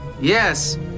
Yes